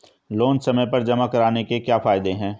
Loan समय पर जमा कराने के क्या फायदे हैं?